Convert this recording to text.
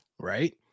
Right